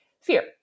fear